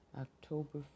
October